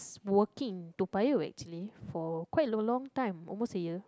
working Toa-Payoh actually for quite a long time almost a year